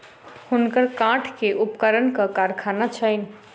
हुनकर काठ के उपकरणक कारखाना छैन